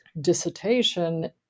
dissertation